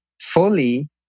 fully